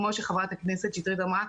כמו שחברת הכנסת שטרית אמרה,